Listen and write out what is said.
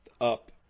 up